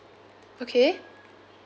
okay